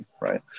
right